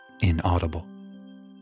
inaudible